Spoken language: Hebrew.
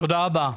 תודה רבה.